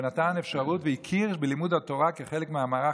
ונתן אפשרות והכיר בלימוד התורה כחלק מהמערך